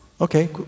Okay